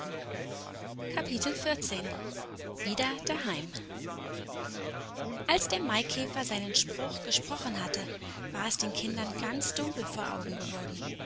wieder daheim als der maikäfer seinen spruch gesprochen hatte war es den kindern ganz dunkel vor augen geworden